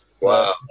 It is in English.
Wow